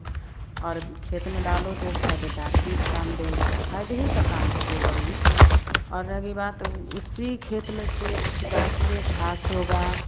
और खेत में डालो तो फ़ायदे दार ही काम देगा फ़ायदे ही का काम है गोबर ही और रही बात उसी खेत में से उस गाय के लिए घास होगा